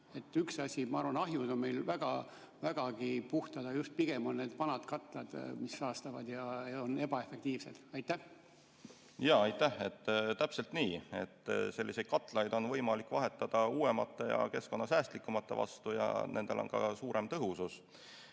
Üks asi on, ma arvan, et ahjud on meil vägagi puhtad, aga pigem on need just vanad katlad, mis saastavad ja on ebaefektiivsed. Jaa, aitäh! Täpselt nii. Selliseid katlaid on võimalik vahetada uuemate ja keskkonnasäästlikumate vastu ja nendel on ka suurem tõhusus.